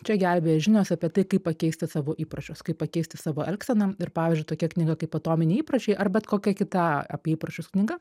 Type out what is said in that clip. čia gelbėja žinios apie tai kaip pakeisti savo įpročius kaip pakeisti savo elgseną ir pavyzdžiui tokia knyga kaip atominiai įpročiai ar bet kokia kita apie įpročius knyga